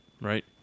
right